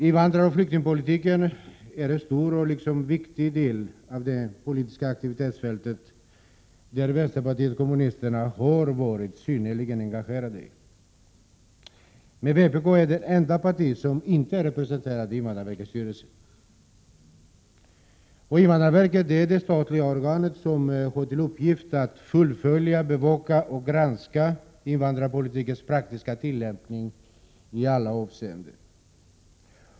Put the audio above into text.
Invandraroch flyktingpolitiken är en stor och viktig del av det politiska aktivitetsfältet, där vänsterpartiet kommunisterna har varit synnerligen engagerat. Vpk är emellertid det enda parti som inte är representerat i invandrarverkets styrelse. Invandrarverket är det statliga organ som har till uppgift att fullfölja, bevaka och granska invandrarpolitikens praktiska tillämpning i alla avseenden.